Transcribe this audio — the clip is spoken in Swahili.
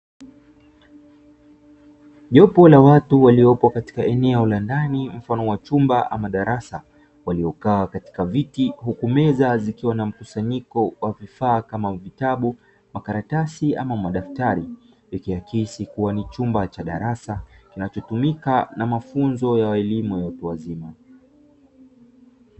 Jopo la watu waliopo katika eneo la ndani mfano wa chumba ama darasa waliokaa katika viti huku meza zikiwa na mkusanyiko wa vifaa kama vitabu, makaratasi ama madaftari yakiakisi kuwa ni chumba cha darasa kinachotumika na mafunzo ya elimu ya watu wazima.